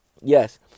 yes